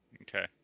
Okay